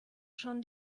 schon